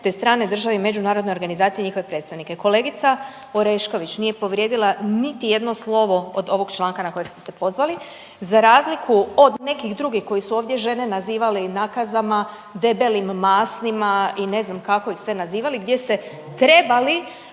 te strane države i međunarodne organizacije i njihove predstavnike. Kolegica Orešković nije povrijedila niti jedno slovo od ovog članka na kojeg ste se pozvali, za razliku od nekih drugih koji su ovdje žene nazivali nakazama, debelim, masnima i ne znam kako ih sve nazivali gdje ste trebali